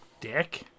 dick